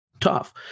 tough